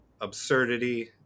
absurdity